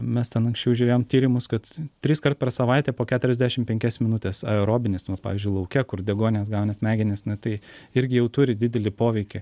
mes ten anksčiau žiūrėjom tyrimus kad triskart per savaitę po keturiasdešimt penkias minutes aerobinis nu pavyzdžiui lauke kur deguonies gauna smegenys nu tai irgi jau turi didelį poveikį